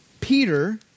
Peter